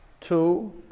two